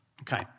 Okay